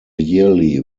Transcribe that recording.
yearly